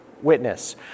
witness